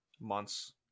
months